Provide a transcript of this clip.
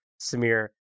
samir